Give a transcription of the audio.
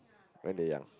when they young